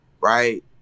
right